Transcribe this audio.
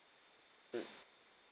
mm